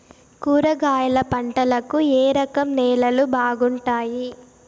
కూరగాయల పంటలకు ఏ రకం నేలలు బాగుంటాయి?